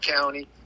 county